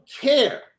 care